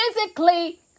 physically